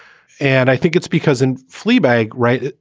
and i think it's because in fleabag, right,